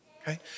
Okay